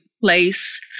place